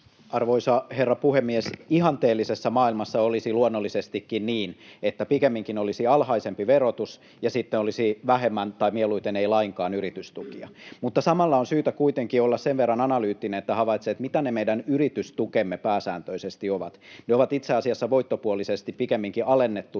Arvoisa herra puhemies! Ihanteellisessa maailmassa olisi luonnollisestikin niin, että pikemminkin olisi alhaisempi verotus ja sitten olisi vähemmän tai mieluiten ei lainkaan yritystukia, mutta samalla on syytä kuitenkin olla sen verran analyyttinen, että havaitsee, mitä ne meidän yritystukemme pääsääntöisesti ovat. Ne ovat itse asiassa voittopuolisesti pikemminkin alennettuja